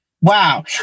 wow